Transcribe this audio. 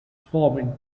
farming